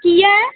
घिया ऐ